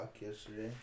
yesterday